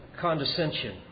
condescension